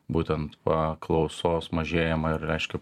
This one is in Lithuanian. būtent paklausos mažėjimą ir reiškia